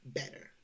better